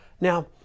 now